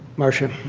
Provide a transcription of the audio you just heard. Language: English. marcia?